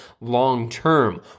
long-term